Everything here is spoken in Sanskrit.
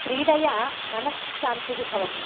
क्रीडया मनःशान्तिः भवति